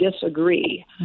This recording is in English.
disagree